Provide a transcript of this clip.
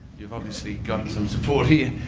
you've obviously got some support here.